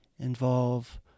involve